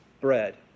bread